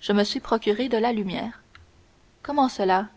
je me suis procuré de la lumière comment cela